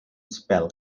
spell